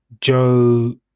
Joe